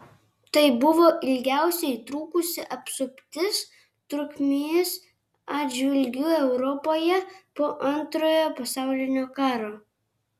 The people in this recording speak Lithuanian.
tai buvo ilgiausiai trukusi apsuptis trukmės atžvilgiu europoje po antrojo pasaulinio karo